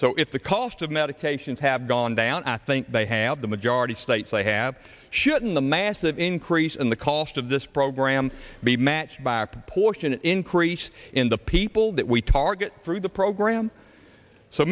so if the cost of medications have gone down at think they have the majority states they have shouldn't the massive increase in the cost of this program be matched by a proportionate increase in the people that we target through the program so